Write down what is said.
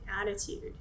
attitude